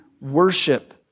worship